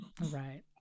Right